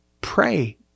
Pray